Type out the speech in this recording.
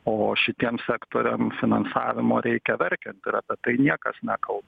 o šitiem sektoriam finansavimo reikia verkiant ir apie tai niekas nekalba